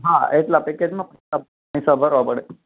હા એટલા પેકેજમાં એટલા પૈસા ભરવા પડે છે